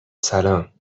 سلام